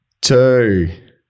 Two